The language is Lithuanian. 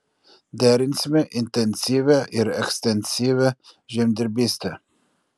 derinsime intensyvią ir ekstensyvią žemdirbystę